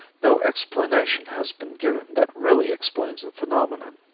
no explanation has been given that really explains the phenomenon.